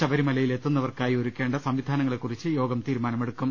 ശബരിമല യിൽ എത്തുന്നവർക്കായി ഒരുക്കേണ്ട സംവിധാനങ്ങളെകുറിച്ച് യോഗം തീരുമാ നമെടുക്കും